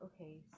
Okay